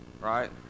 Right